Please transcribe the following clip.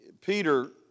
Peter